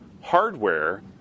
hardware